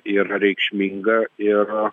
yra reikšminga ir